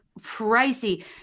pricey